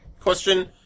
Question